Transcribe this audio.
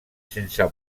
sense